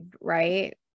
right